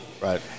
Right